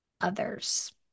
others